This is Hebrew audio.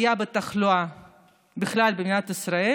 הבוקר ביישוב אל-בקיעה בנגב, בזמן שיש סגר כללי,